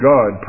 God